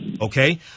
okay